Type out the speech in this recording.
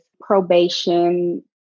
probation